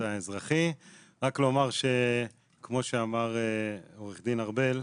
רק לומר שכמו שאמר עורך דין ארבל,